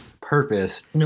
purpose